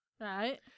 Right